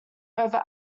over